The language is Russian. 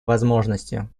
возможностью